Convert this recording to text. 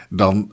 dan